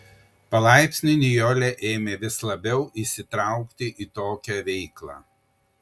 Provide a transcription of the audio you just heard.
palaipsniui nijolė ėmė vis labiau įsitraukti į tokią veiklą